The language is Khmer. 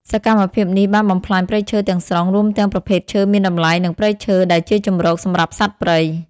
សកម្មភាពនេះបានបំផ្លាញព្រៃឈើទាំងស្រុង រួមទាំងប្រភេទឈើមានតម្លៃ និងព្រៃឈើដែលជាជម្រកសម្រាប់សត្វព្រៃ។